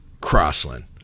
Crossland